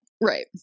Right